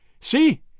See